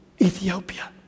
Ethiopia